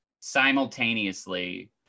simultaneously